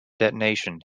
detonation